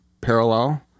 parallel